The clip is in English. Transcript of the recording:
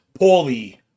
Paulie